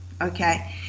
Okay